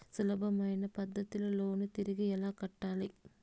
సులభమైన పద్ధతిలో లోను తిరిగి ఎలా కట్టాలి